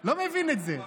לא מקובל עליי.